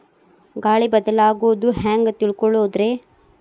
ಗಾಳಿ ಬದಲಾಗೊದು ಹ್ಯಾಂಗ್ ತಿಳ್ಕೋಳೊದ್ರೇ?